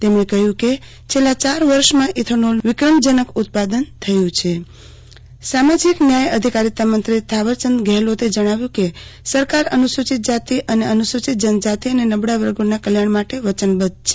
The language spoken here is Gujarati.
તેમણે કહ્યું કે છેલ્લા ચાર વર્ષમાં ઇથોનોલનું વિક્રમજનક ઉત્પાદન થયું છે ન્યાય અધિકારીતા વિભાગ સામાજિક સામાજીક ન્યાય અધિકારિતામંત્રી થાવરચંદ ગેહલોતે જણાવ્યું કે સરેકાર અનુસૂચિત જાતિ અને અનુસૂચિત જનજાતિ અને નબળા વર્ગોના કલ્યાણ માટે વચનબદ્ધ છે